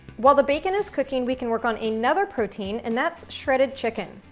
while the bacon is cooking, we can work on another protein, and that's shredded chicken.